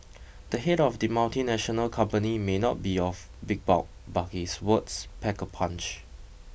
the head of the multinational company may not be of big bulk but his words pack a punch